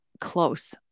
close